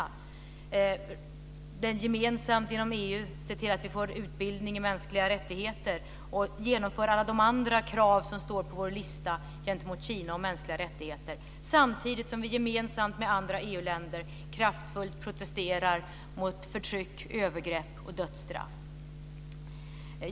Vi kan gemensamt inom EU se till att vi får en utbildning i mänskliga rättigheter och genomföra alla de andra krav som står på vår lista när det gäller Kina och mänskliga rättigheter. Samtidigt kan vi gemensamt med andra EU länder kraftfullt protestera mot förtryck, övergrepp och dödsstraff.